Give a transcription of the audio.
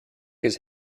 his